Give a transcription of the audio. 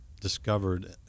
discovered